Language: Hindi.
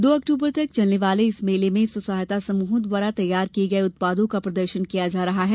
दो अक्टूबर तक चलने वाले इस मेले में स्व सहायता समूहों द्वारा तैयार किये गये उत्पादों का प्रदर्शन किया जा रहा है